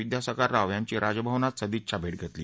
विद्यासागर राव यांची राजभवन अ सदिच्छा भेट घेतली